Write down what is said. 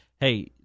hey